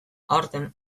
aurten